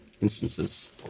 instances